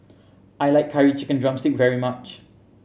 I like Curry Chicken drumstick very much